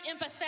empathetic